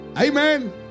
Amen